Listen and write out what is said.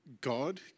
God